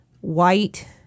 white